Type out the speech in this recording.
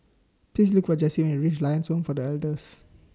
Please Look For Jesse when YOU REACH Lions Home For The Elders